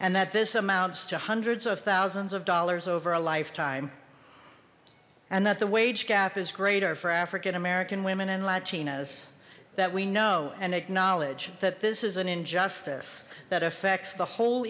and that this amounts to hundreds of thousands of dollars over a lifetime and that the wage gap is greater for african american women in latinas that we know and acknowledge that this is an injustice that affects the whole